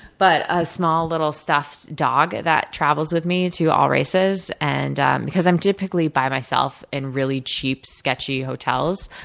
but a small, little, stuffed dog that travels with me to all races and because i'm typically by myself in really cheap, sketchy hotels.